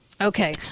Okay